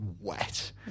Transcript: wet